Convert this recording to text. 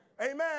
Amen